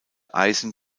eisen